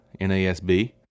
NASB